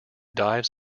dives